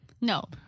No